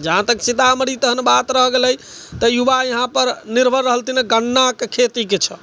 जहाँ तक सीतामढ़ी तखन बात रहि गेलै तऽ युवा यहाँ पर निर्भर रहलथिन गन्नाके खेतीके छह